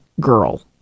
girl